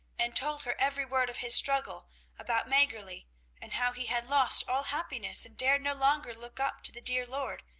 and told her every word of his struggle about maggerli and how he had lost all happiness and dared no longer look up to the dear lord,